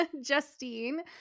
Justine